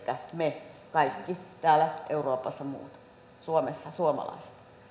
me kaikki muut täällä euroopassa suomessa suomalaiset